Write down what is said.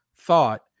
thought